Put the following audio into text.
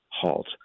halt